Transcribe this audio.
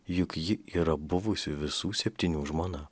juk ji yra buvusi visų septynių žmona